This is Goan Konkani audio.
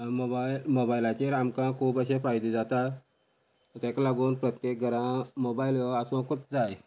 मोबायल मोबायलाचेर आमकां खूब अशें फायदे जाता तेका लागून प्रत्येक घरा मोबायल हो आसुकूंच जाय